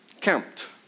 camped